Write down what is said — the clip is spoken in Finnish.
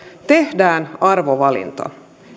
tehdään arvovalinta